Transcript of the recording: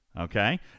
okay